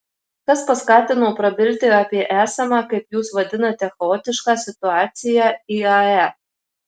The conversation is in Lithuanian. kas paskatino prabilti apie esamą kaip jūs vadinate chaotišką situaciją iae